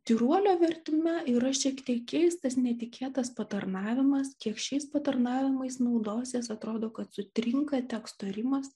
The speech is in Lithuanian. tyruolio vertime yra šiek tiek keistas netikėtas patarnavimas kiek šiais patarnavimais naudosies atrodo kad sutrinka teksto kūrimas